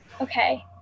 Okay